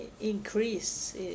increase